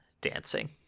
dancing